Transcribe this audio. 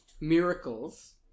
Miracles